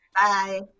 bye